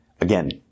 again